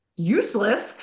Useless